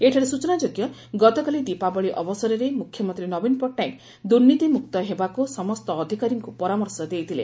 ଏଠାରେ ସ୍ରଚନାଯୋଗ୍ୟ ଗତକାଲି ଦୀପାବଳି ଅବସରରେ ମୁଖ୍ୟମନ୍ତୀ ନବୀନ ପଟ୍ଟନାୟକ ଦୁର୍ନୀତିମୁକ୍ତ ହେବାକୁ ସମ୍ଠ ଅଧିକାରୀଙ୍କୁ ପରାମର୍ଶ ଦେଇଥିଲେ